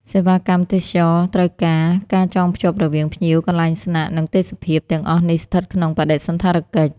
សេវាកម្មទេសចរណ៍ត្រូវការ ការចងភ្ជាប់រវាងភ្ញៀវ កន្លែងស្នាក់ និងទេសភាព ទាំងអស់នេះស្ថិតក្នុងបដិសណ្ឋារកិច្ច។